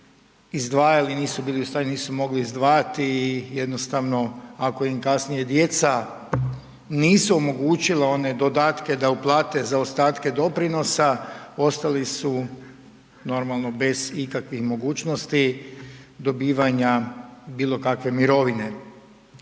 izdvajali, nisu bili u stanju nisu moli izdvajati i jednostavno ako im kasnije djeca nisu omogućila one dodatke da uplate zaostatke doprinosa, ostali su normalno bez ikakvih mogućnosti dobivanja bilo kakve mirovine.